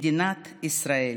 מדינת ישראל.